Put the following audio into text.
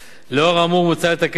לאור האמור מוצע לתקן את סעיף 9(2)